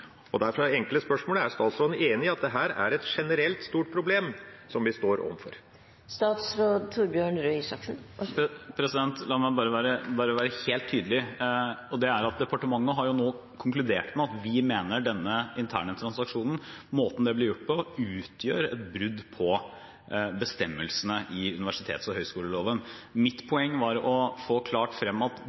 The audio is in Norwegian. enkle spørsmålet: Er statsråden enig i at dette er et generelt stort problem som vi står overfor? La meg være helt tydelig: Departementet har nå konkludert med at vi mener denne interne transaksjonen, måten det ble gjort på, utgjør et brudd på bestemmelsene i universitets- og høyskoleloven. Mitt poeng var å få klart frem at